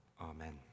Amen